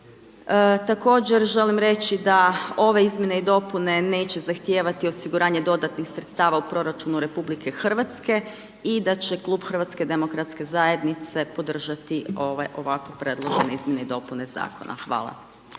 Također želim reći, da ove izmjene i dopune neće zahtijevati osiguranje dodatnih sredstava u proračunu RH, i da će Klub HDZ-a podržati ovako predložene izmjene i dopune zakona. Hvala.